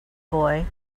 boy